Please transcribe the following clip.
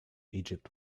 egypt